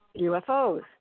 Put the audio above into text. UFOs